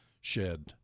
shed